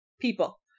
people